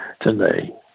today